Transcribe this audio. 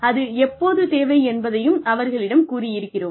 அது எப்போது தேவை என்பதையும் அவர்களிடம் கூறியிருக்கிறோம்